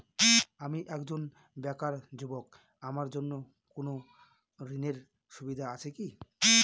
আমি একজন বেকার যুবক আমার জন্য কোন ঋণের সুবিধা আছে কি?